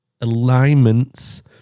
alignments